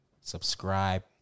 subscribe